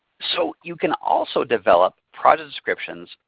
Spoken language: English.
so you can also develop project descriptions,